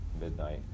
midnight